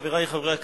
חברי חברי הכנסת,